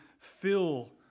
fill